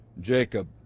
Jacob